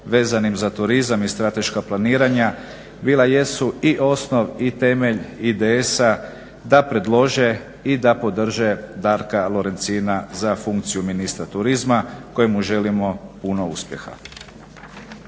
vezanim za turizam i strateška planiranja bila jesu i osnov i temelj IDS-a da predlože i da podrže Darka Lorencina za funkciju ministra turizma kojemu želimo puno uspjeha.